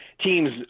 teams